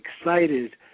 excited